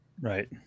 Right